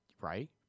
right